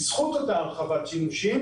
זאת בזכות אותה הרחבת שימושים